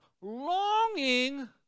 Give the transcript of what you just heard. longing